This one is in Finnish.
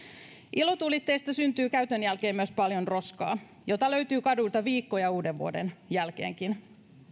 ilotulitteista syntyy käytön jälkeen myös paljon roskaa jota löytyy kaduilta viikkoja uudenvuoden jälkeenkin